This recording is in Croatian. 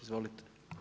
Izvolite.